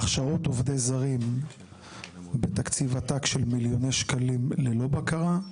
הכשרות עובדים זרים בתקציב עתק של מיליוני שקלים ללא בקרה.